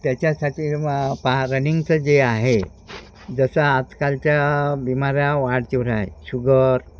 त्याच्यासाठी म पाहा रनिंगचं जे आहे जसं आजकालच्या बिमाऱ्या वाढतीवर आहे शुगर